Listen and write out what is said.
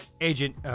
Agent